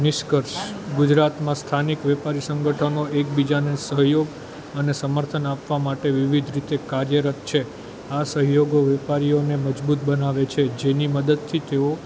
નિષ્કર્શ ગુજરાતમાં સ્થાનિક વેપારી સંગઠનો એકબીજાને સહયોગ અને સમર્થન આપવા માટે વિવિધ રીતે કાર્યરત છે આ સહયોગો વેપારીઓને મજબૂત બનાવે છે જેની મદદથી તેઓ